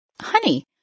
Honey